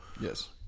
yes